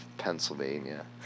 pennsylvania